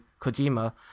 Kojima